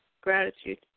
gratitude